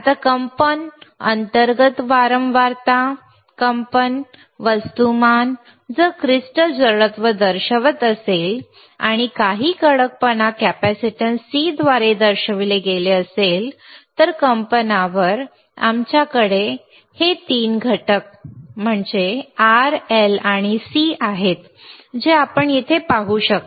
आता कंपन अंतर्गत वारंवारता कंपन वस्तुमान जर क्रिस्टल जडत्व दर्शवत असेल आणि काही कडकपणा कॅपेसिटन्स C द्वारे दर्शविले गेले असेल तर कंपनावर आमच्याकडे हे 3 घटक R L आणि C आहेत जे आपण येथे पाहू शकता